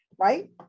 right